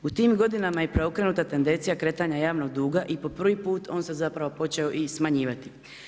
U tim godinama je preokrenuta tendencija kretanja javnog duga i po prvi put on se zapravo i počeo smanjivati.